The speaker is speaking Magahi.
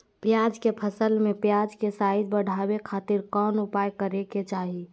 प्याज के फसल में प्याज के साइज बढ़ावे खातिर कौन उपाय करे के चाही?